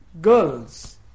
girls